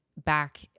back